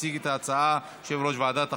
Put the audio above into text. יציג את ההצעה יושב-ראש ועדת החוקה,